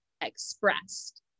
expressed